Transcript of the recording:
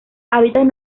hábitats